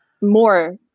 more